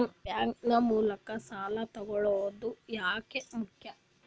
Bank ನ ಮೂಲಕ ಸಾಲ ತಗೊಳ್ಳೋದು ಯಾಕ ಮುಖ್ಯ?